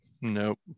Nope